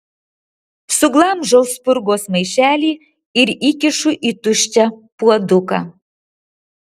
suglamžau spurgos maišelį ir įkišu į tuščią puoduką